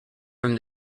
from